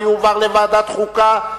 לוועדת החוקה,